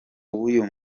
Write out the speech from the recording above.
w’uyu